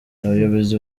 abayobozi